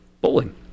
bowling